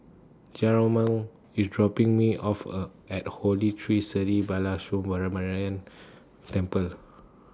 Jerome IS dropping Me off A At Holy Tree Sri Balasubramaniar Temple